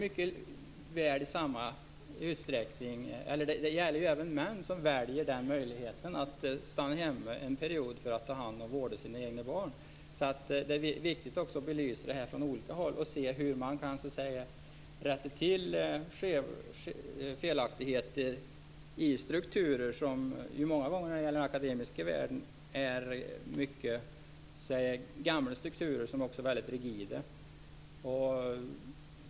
Det gäller ju även män som väljer möjligheten att stanna hemma under en period för att ta hand om och vårda sina egna barn. Så det är viktigt att belysa det här från olika håll och se hur man kan rätta till felaktigheter i strukturer, som många gånger när det gäller den akademiska världen är mycket gamla och som också är väldigt rigida.